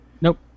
nope